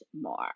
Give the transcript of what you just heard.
more